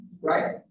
right